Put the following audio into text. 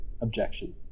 objection